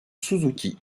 suzuki